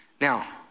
Now